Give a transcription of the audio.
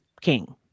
king